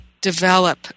develop